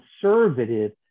conservative